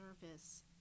service